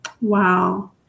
Wow